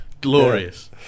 Glorious